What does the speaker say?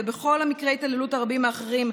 ובמקרי התעללות רבים אחרים,